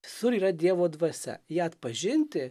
visur yra dievo dvasia ją atpažinti